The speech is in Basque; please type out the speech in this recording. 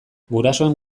gurasoen